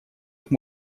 быть